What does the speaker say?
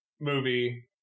movie